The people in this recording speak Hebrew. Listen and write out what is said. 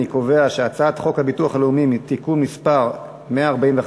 אני קובע שהצעת חוק הביטוח הלאומי (תיקון מס' 145,